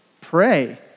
Pray